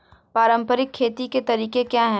पारंपरिक खेती के तरीके क्या हैं?